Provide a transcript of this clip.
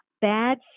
bad